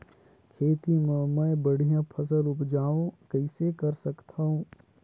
खेती म मै बढ़िया फसल उपजाऊ कइसे कर सकत थव?